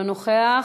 אינו נוכח.